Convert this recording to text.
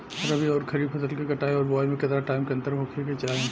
रबी आउर खरीफ फसल के कटाई और बोआई मे केतना टाइम के अंतर होखे के चाही?